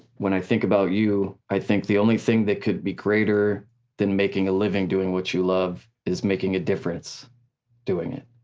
when i think about you i think the only thing that could be greater than making a living doing what you love is making a difference doing it.